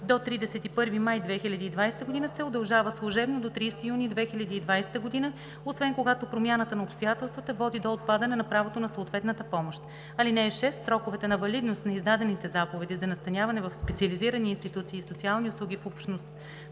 до 31 май 2020 г., се удължава служебно до 30 юни 2020 г., освен когато промяната на обстоятелствата води до отпадане на правото на съответната помощ. (6) Сроковете на валидност на издадените заповеди за настаняване в специализирани институции и социални услуги в общността